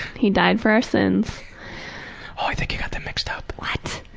he died for our sins. oh i think you got them mixed up. what?